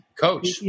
Coach